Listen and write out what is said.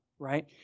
right